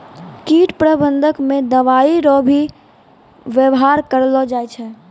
कीट प्रबंधक मे दवाइ रो भी वेवहार करलो जाय छै